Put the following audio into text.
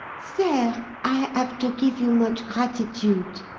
sair, i have to give you much gratitude,